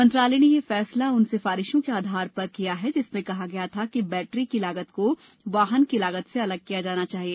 मंत्रालय ने यह फैसला उन सिफारिशों के आधार पर किया है जिसमें कहा गया था कि बैटरी की लागत को वाहन की लागत से अलग किया जाना चाहिए